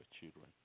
children